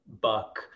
Buck